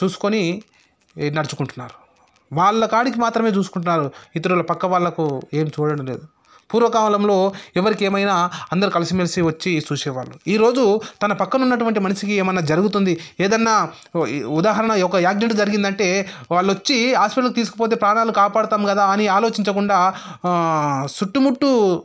చూసుకొని నడుచుకుంటున్నారు వాళ్ళకాడికి మాత్రమే చూసుకుంటున్నారు ఇతరుల పక్క వాళ్లకు ఏం చూడడం లేదు పూర్వకాలంలో ఎవరికి ఏమైనా అందరు కలిసిమెలిసి వచ్చి చూసేవాళ్ళు ఈరోజు తన పక్కన ఉన్నటువంటి మనిషికి ఏమన్నా జరుగుతుంది ఏదన్న ఉదాహరణ ఒక యాక్సిడెంట్ జరిగిందంటే వాళ్ళు వచ్చి హాస్పిటల్కి తీసుకుపోతే ప్రాణాలు కాపాడుతాం కదా అని ఆలోచించకుండా చుట్టుముట్టు